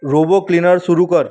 robot cleaner सुरू कर